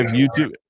youtube